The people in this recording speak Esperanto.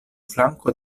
flanko